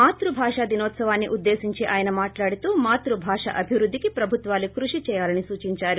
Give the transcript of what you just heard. మాతృభాషా దినోత్సవాన్ని ఉద్దేశించి ఆయన మాట్లాడుతూ మాతృభాషా అభివృద్దికి ప్రభుత్వాలు కృషి దేయాని సూచించారు